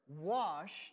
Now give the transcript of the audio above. washed